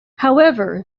however